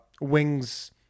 wings –